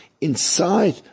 inside